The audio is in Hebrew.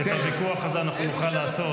את הוויכוח הזה אנחנו נוכל לעשות.